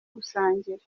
gusangira